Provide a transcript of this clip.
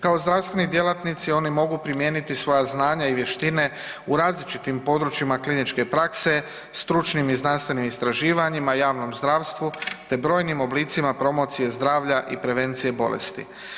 Kao zdravstveni djelatnici oni mogu primijeniti svoja znanja i vještine u različitim područjima kliničke prakse, stručnim i znanstvenim istraživanjima, javnom zdravstvu te brojnim oblicima promocije zdravlja i prevencije bolesti.